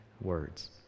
words